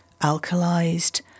alkalized